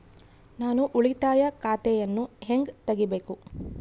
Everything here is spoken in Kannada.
ನಾನು ಉಳಿತಾಯ ಖಾತೆಯನ್ನು ಹೆಂಗ್ ತಗಿಬೇಕು?